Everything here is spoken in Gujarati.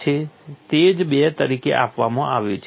તે જ 2 તરીકે આપવામાં આવ્યું છે